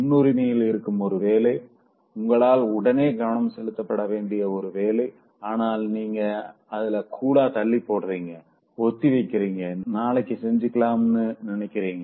முன்னுரிமையில் இருக்கும் ஒருவேளை உங்களால் உடனே கவனம் செலுத்தப்பட வேண்டிய ஒரு வேளை ஆனா நீங்க அத கூலா தள்ளி போடுறீங்க ஒத்திவைக்குறீங்க நாளைக்கு செஞ்சுக்கலாம்னு நினைக்கிறீங்க